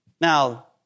Now